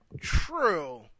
True